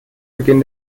beginn